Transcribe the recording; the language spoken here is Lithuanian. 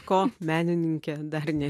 ko menininkė dar ne